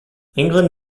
england